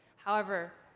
however,